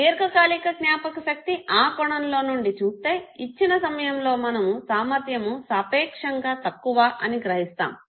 దీర్ఘ కాలిక జ్ఞాపకశక్తి ఆ కోణంలో నుండి చూస్తే ఇచ్చిన సమయంలో మనము సామర్ధ్యము సాపేక్షంగా తక్కువ అని గ్రహిస్తాము